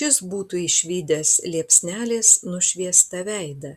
šis būtų išvydęs liepsnelės nušviestą veidą